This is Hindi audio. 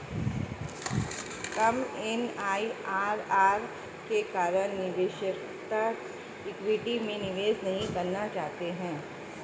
कम एम.आई.आर.आर के कारण निवेशकर्ता इक्विटी में निवेश नहीं करना चाहते हैं